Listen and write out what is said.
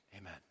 Amen